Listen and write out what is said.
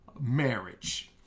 marriage